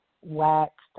waxed